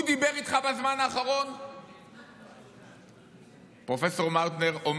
כשעומד פה יושב-ראש ועדת חוקה ומצטט את פרופ' מאוטנר,